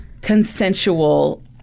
consensual